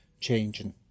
changing